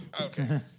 Okay